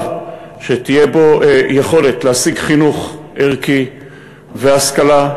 שתהיה בו יכולת להשיג חינוך ערכי והשכלה,